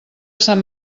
sant